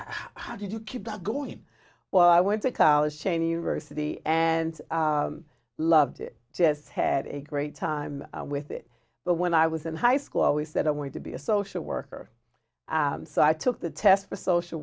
how did you keep that going well i went to college shane university and loved it yes had a great time with it but when i was in high school i always said i wanted to be a social worker so i took the test for social